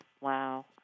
Wow